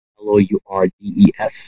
L-O-U-R-D-E-S